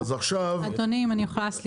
אדוני, אם אני יכולה.